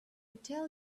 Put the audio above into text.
tell